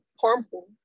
harmful